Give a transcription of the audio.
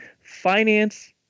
finance